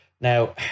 Now